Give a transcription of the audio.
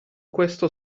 questo